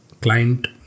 client